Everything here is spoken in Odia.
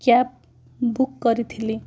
କ୍ୟାବ୍ ବୁକ୍ କରିଥିଲି